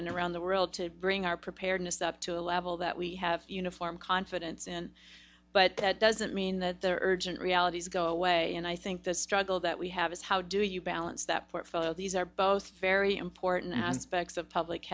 and around the world to bring our preparedness up to a level that we have uniform confidence in but that doesn't mean that the urgent realities go away and i think the struggle that we have is how do you balance that portfolio these are both very important aspects of public